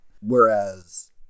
whereas